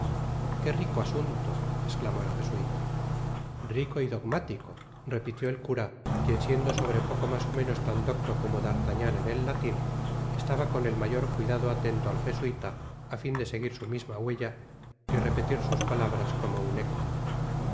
qué rico asunto esclamó el jesuíta rico y dogmático repitió el cura quien siendo sobre poco mas ó menos tan docto como d'artagnan en el latín estaba con el mayor cuidado atento al jesuíta á gn de seguir su misma huella y repetir sus palabras como un eco